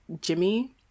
Jimmy